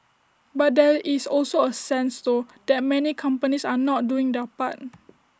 but there is also A sense though that many companies are not doing their part